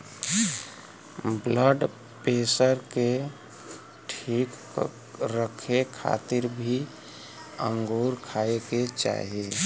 blood pressure के ठीक रखे खातिर भी अंगूर खाए के चाही